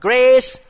Grace